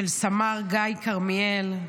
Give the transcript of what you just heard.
של סמ"ר גיא כרמיאל,